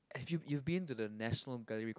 have you you've been to the National Gallery